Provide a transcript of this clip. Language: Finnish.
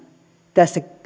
tässä